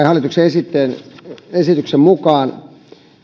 hallituksen esityksen mukaan